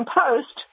post